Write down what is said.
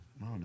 No